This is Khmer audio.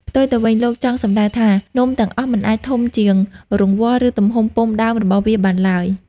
ផ្ទុយទៅវិញ លោកចង់សំដៅថា នំទាំងអស់មិនអាចធំជាងរង្វាស់ ឬទំហំពុម្ពដើមរបស់វាបានឡើយ។